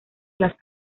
las